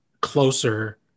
closer